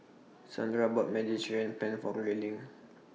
Zandra bought Mediterranean Penne For Grayling